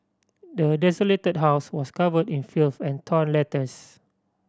the desolated house was covered in filth and torn letters